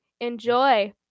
Enjoy